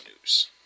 news